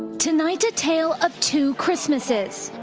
tonight a tale of two christmases,